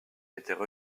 étaient